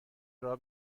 راه